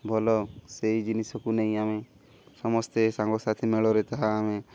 ଭଲ ସେଇ ଜିନିଷକୁ ନେଇ ଆମେ ସମସ୍ତେ ସାଙ୍ଗସାଥି ମେଳରେ ତାହା ଆମେ